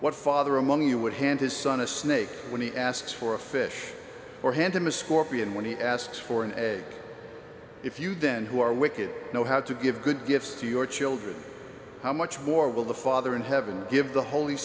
what father among you would hand his son a snake when he asks for a fish or hand him a scorpion when he asks for an egg if you then who are wicked know how to give good gifts to your children how much more will the father in heaven give the holy